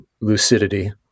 lucidity